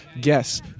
guess